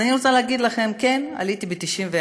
אז אני רוצה להגיד לכם, כן, עליתי ב-1991,